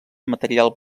material